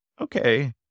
okay